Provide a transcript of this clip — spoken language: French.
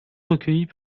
recueillis